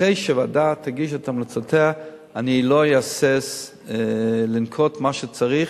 אחרי שהוועדה תגיש את המלצותיה אני לא אהסס לנקוט מה שצריך.